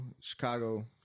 Chicago